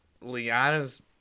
Liana's